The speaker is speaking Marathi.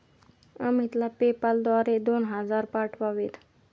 अमितला पेपाल द्वारे दोन हजार पाठवावेत